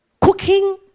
cooking